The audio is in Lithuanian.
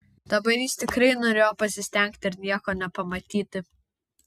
dabar jis tikrai norėjo pasistengti ir nieko nepamatyti